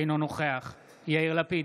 אינו נוכח יאיר לפיד,